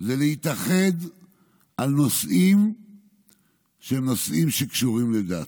זה להתאחד על נושאים הקשורים לדת,